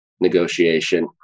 Negotiation